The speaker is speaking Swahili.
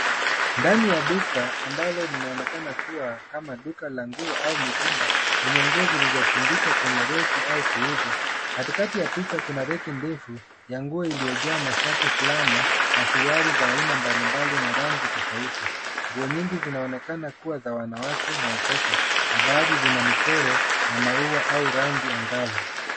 Ndani ya duka ambalo linaonekana kuwa kama duka la nguo au mitumba lenye nguo zilizotundikwa kwenye reki au kuuzwa, katikati ya picha kuna reki ndefu ya nguo hizi liyojaa mashati, fulana na suruali za aina mbalimbali na rangi tofauti. Nguo nyingi zinaoonekana kuwa za wanawake na watoto na baadhi zina michoro ya maua au rangi angavu.